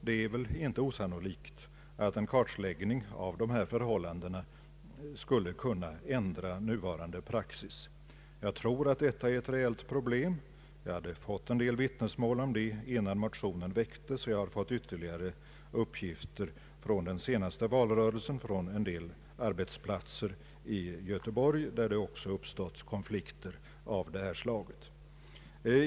Det är inte osannolikt att en kartläggning av dessa förhållanden skulle kunna ändra nuvarande praxis. Jag tror att detta är ett reellt problem. Jag hade hört en del vittnesmål om det innan motionen väcktes, och jag har fått ytterligare uppgifter under den senaste valrörelsen från en del arbetsplatser i Göteborg, där det också uppstått konflikter av det här slaget.